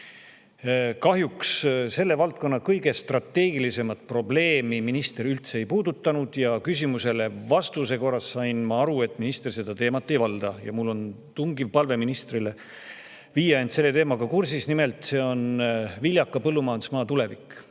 Kahjuks selle valdkonna kõige strateegilisemat probleemi minister üldse ei puudutanud ja küsimuste vastuste korras sain ma aru, et minister seda teemat ei valda. Mul on tungiv palve ministrile, et viigu end selle teemaga kurssi. Nimelt, viljaka põllumajandusmaa tulevik: